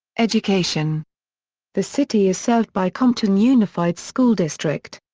education the city is served by compton unified school district.